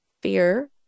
fear